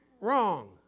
Wrong